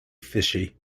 fishy